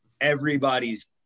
everybody's